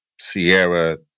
Sierra